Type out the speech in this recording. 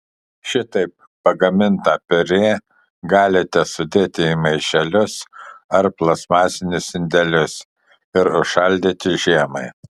šitaip pagamintą piurė galite sudėti į maišelius ar plastmasinius indelius ir užšaldyti žiemai